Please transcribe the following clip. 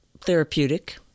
therapeutic